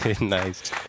Nice